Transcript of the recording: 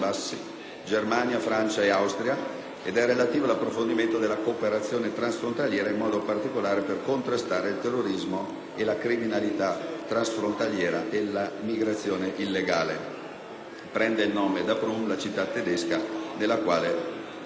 relativo all'approfondimento della cooperazione transfrontaliera, in modo particolare per contrastare il terrorismo, la criminalità transfrontaliera e la migrazione illegale. Il Trattato prende il nome da Prum, la città tedesca in cui fu siglato